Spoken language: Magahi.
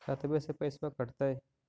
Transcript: खतबे से पैसबा कटतय?